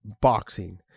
boxing